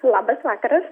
labas vakaras